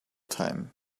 time